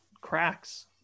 cracks